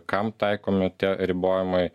kam taikomi tie ribojimai